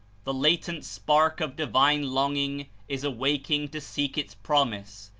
the latent spark of divine longing is awaking to seek its promise,